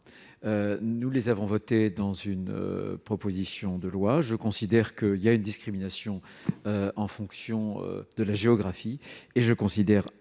Nous les avons votés dans le cadre d'une proposition de loi. Je considère qu'il y a une discrimination en fonction de la géographie et que nos